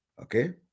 Okay